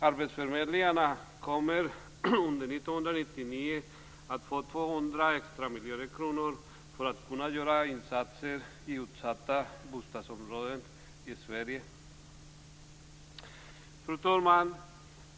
Arbetsförmedlingarna kommer under 1999 att få 200 extra miljoner för att kunna göra insatser i utsatta bostadsområden. Fru talman!